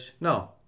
No